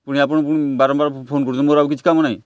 ପୁଣି ଆପଣ ପୁଣି ବାରମ୍ବାର ଫୋନ୍ କରୁଛନ୍ତି ମୋର ଆଉ କିଛି କାମ ନାହିଁ